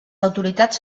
autoritats